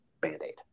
Band-Aid